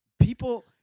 People